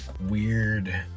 weird